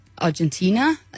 Argentina